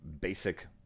basic